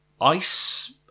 ice